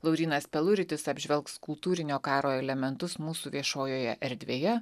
laurynas peluritis apžvelgs kultūrinio karo elementus mūsų viešojoje erdvėje